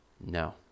no